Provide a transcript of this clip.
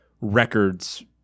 records